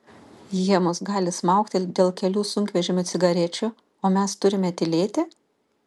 jie mus gali smaugti dėl kelių sunkvežimių cigarečių o mes turime tylėti